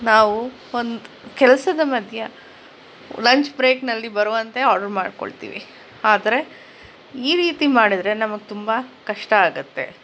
ನಾವು ಒಂದು ಕೆಲಸದ ಮಧ್ಯ ಲಂಚ್ ಬ್ರೇಕ್ನಲ್ಲಿ ಬರುವಂತೆ ಆರ್ಡ್ರು ಮಾಡ್ಕೊಳ್ತೀವಿ ಆದರೆ ಈ ರೀತಿ ಮಾಡಿದರೆ ನಮಗೆ ತುಂಬ ಕಷ್ಟ ಆಗುತ್ತೆ